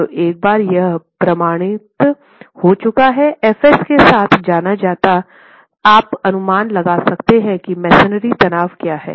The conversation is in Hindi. तो एक बार यह प्रमाणित हो चुका है fs के साथ जाना जाता आप अनुमान लगा सकते हैं कि मसोनरी तनाव क्या है